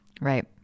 Right